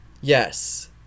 Yes